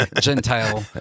gentile